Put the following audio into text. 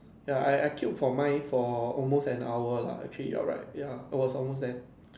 ya I I queue for mine for almost an hour lah actually you are right ya I was almost there